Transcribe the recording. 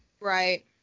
right